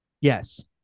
Yes